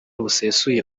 busesuye